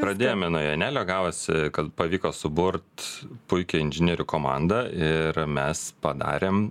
pradėjome nuo jonelio gavosi kad pavyko suburt puikią inžinierių komandą ir mes padarėm